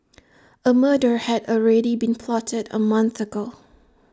A murder had already been plotted A month ago